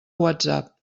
whatsapp